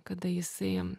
kada jisai